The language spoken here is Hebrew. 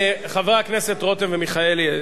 חברי הכנסת רותם ומיכאלי,